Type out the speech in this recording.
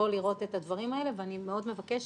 נבוא לראות את הדברים האלה ואני מאוד מבקשת,